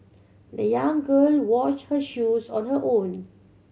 the young girl washed her shoes on her own